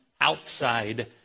outside